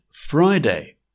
Friday